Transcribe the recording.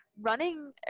running